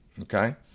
Okay